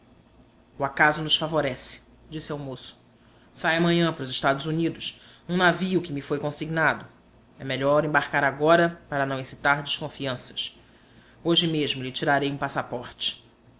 o acaso nos favorece disse ao moço sai amanhã para os estados unidos um navio que me foi consignado é melhor embarcar agora para não excitar desconfianças hoje mesmo lhe tirarei um passaporte